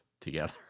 together